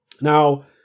Now